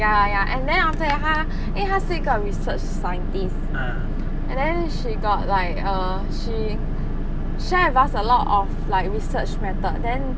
ya ya and then after that 她因为她是一个 research scientist and then she got like err she share with us a lot of like research method then